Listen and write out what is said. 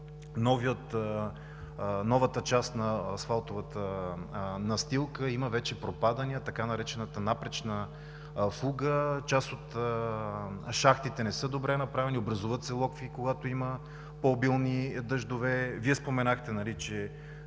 новата част на асфалтовата настилка, има вече пропадания, така наречената „напречна фуга“, част от шахтите не са добре направени, образуват се локви, когато има по-обилни дъждове. Вие споменахте, че